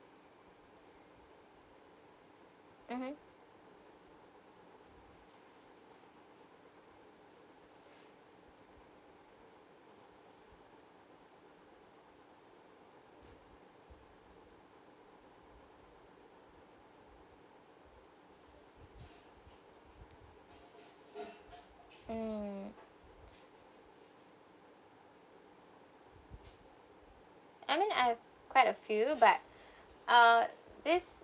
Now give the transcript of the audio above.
mmhmm mm I mean I have quite a few but uh this